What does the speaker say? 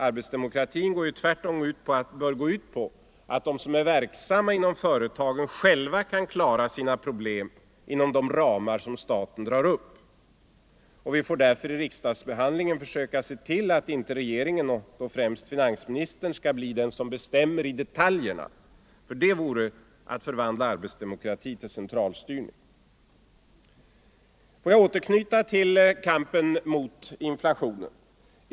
Arbetsdemokratin bör tvärtom gå ut på att de som är verksamma inom företagen själva kan klara sina problem inom de ramar som staten drar upp. Och vi får därför vid riksdagsbehandlingen försöka se till att inte regeringen, och då främst finansministern, blir den som skall bestämma i detaljerna, ty det vore att förvandla arbetsdemokratin till centralstyrning. Men låt mig återknyta till kampen mot inflationen.